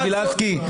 גבי לסקי,